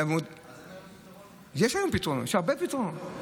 אז מה הפתרון?